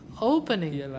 opening